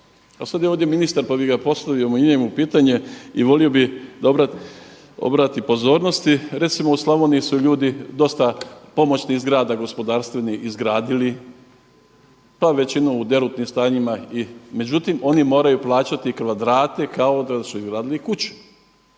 Sada je ovdje ministar pa bi postavio i njemu pitanje i volio bih da obrati pozornosti. Recimo u Slavoniji su ljudi dosta pomoćnih zgrada gospodarstvenih izgradili, pa većinu u derutnim stanjima međutim, oni moraju plaćati kvadrate kao da su izgradili kuće.